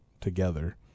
together